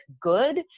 good